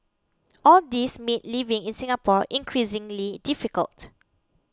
all these made living in Singapore increasingly difficult